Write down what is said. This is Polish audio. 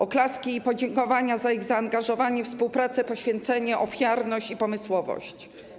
Oklaski i podziękowania za ich zaangażowanie, współpracę, poświęcenie, ofiarność i pomysłowość.